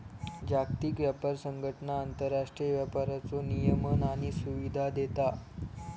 जागतिक व्यापार संघटना आंतरराष्ट्रीय व्यापाराचो नियमन आणि सुविधा देता